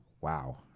wow